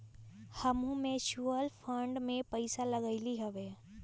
हमहुँ mutual fund में पइसा लगइली हबे